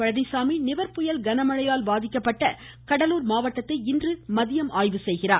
பழனிச்சாமி நிவர் புயல் கன மழையால் பாதிக்கப்பட்ட கடலூர் மாவட்டத்தை இன்று ஆய்வு செய்கிறார்